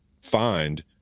find